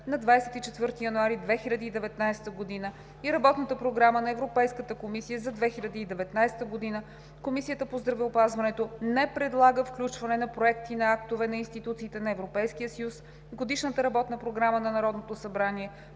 на 24 януари 2019 г., и Работната програма на Европейската комисия за 2019 г. Комисията по здравеопазването не предлага включване на проекти на актове на институциите на Европейския съюз в Годишната работна програма на Народното събрание